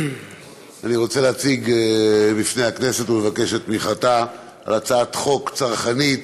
אני רוצה להציג בפני הכנסת ולבקש את תמיכתה בהצעת חוק צרכנית